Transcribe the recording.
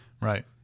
Right